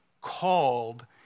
called